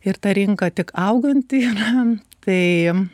ir ta rinka tik auganti yra tai